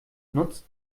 nutzt